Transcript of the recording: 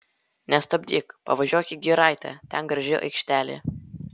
nestabdyk pavažiuok į giraitę ten graži aikštelė